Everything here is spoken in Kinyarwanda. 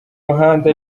ruhande